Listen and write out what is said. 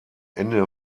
ende